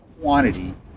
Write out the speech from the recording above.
quantity